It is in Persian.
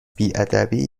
بیادبی